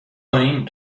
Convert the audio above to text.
پایین